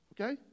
Okay